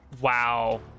Wow